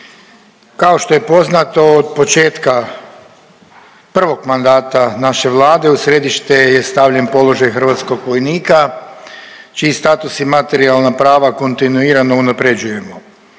Kao što je poznato od početka prvog mandata naše Vlade u središte je stavljen položaj hrvatskog vojnika čiji status i materijalna prava kontinuirano unapređujemo.